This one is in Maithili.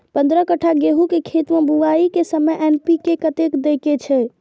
पंद्रह कट्ठा गेहूं के खेत मे बुआई के समय एन.पी.के कतेक दे के छे?